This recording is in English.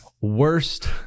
Worst